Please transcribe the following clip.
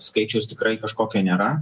skaičiaus tikrai kažkokio nėra